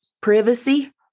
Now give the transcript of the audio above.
privacy